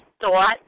thought